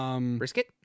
Brisket